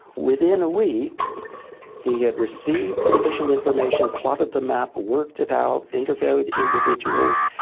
within a week he had received sufficient information, plotted the map, worked it out, interviewed individuals,